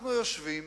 אנחנו יושבים,